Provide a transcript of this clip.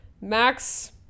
Max